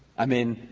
i mean,